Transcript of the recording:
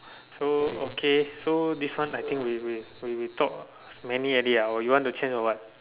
so okay so this one I think we we we talk many already ah or you want to change or what